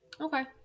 Okay